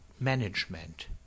management